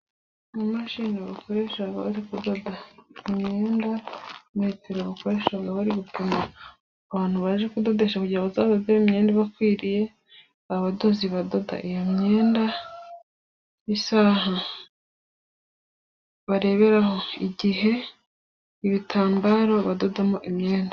Imashini bakoresha bari kudoda imyenda. Metero bakoresha bari gupima abantu baje kudodesha kugira ngo bazabadodere imyenda ibakwiriye. Abadozi badoda iyo myenda. Isaha bareberaho igihe. Ibitambaro badodamo imyenda.